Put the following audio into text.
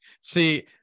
See